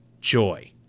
joy